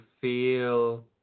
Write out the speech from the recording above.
feel